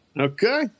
Okay